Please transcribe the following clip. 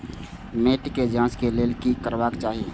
मैट के जांच के लेल कि करबाक चाही?